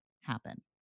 happen